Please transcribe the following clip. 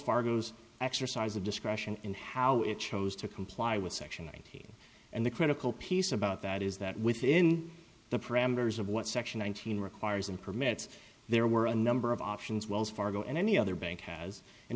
fargo's exercise of discretion in how it chose to comply with section nineteen and the critical piece about that is that within the parameters of what section one thousand requires and permits there were a number of options wells fargo and any other bank has in